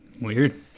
Weird